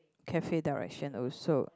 cafe direction also